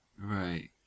Right